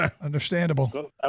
Understandable